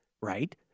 right